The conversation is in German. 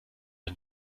den